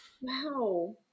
Wow